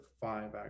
five